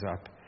up